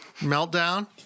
meltdown